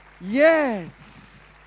Yes